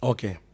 Okay